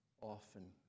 often